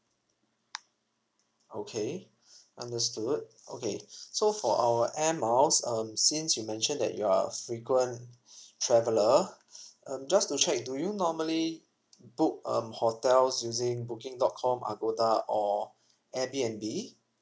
okay understood okay so for our air miles um since you mentioned that you're a frequent traveller um just to check do you normally book um hotels using booking dot com agoda or airbnb